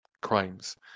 crimes